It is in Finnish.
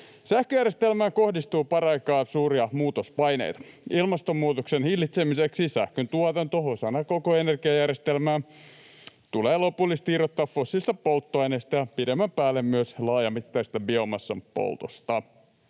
Sähköjärjestelmään kohdistuu paraikaa suuria muutospaineita. Ilmastonmuutoksen hillitsemiseksi sähköntuotanto osana koko energiajärjestelmää tulee lopullisesti irrottaa fossiilisista polttoaineista ja pidemmän päälle myös laajamittaisesta biomassan poltosta.